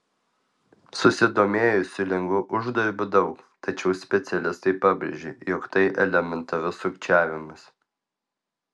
susidomėjusių lengvu uždarbiu daug tačiau specialistai pabrėžia jog tai elementarus sukčiavimas